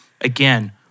Again